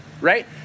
Right